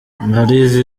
mali